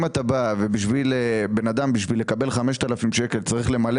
אם אתה בא ובן אדם בשביל לקבל 5,000 שקלים צריך למלא